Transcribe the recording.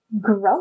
Grow